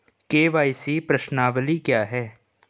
KYC प्रश्नावली क्या है?